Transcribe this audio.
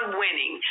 winning